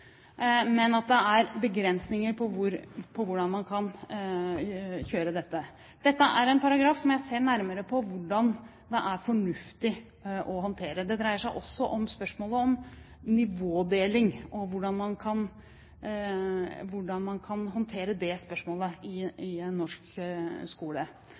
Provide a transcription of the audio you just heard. men at det er begrensninger på hvordan man kan gjøre dette. Dette er en paragraf som jeg ser nærmere på hvordan det er fornuftig å håndtere. Det dreier seg også om spørsmålet om nivådeling og hvordan man kan håndtere det spørsmålet i norsk skole.